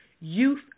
youth